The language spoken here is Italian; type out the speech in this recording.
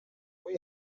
qui